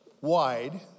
wide